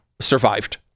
survived